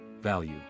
Value